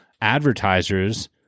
advertisers